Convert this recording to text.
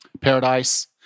Paradise